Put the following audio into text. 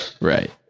Right